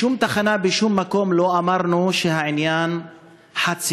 בשום תחנה בשום מקום לא אמרנו שהעניין חד-סטרי.